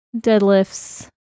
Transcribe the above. deadlifts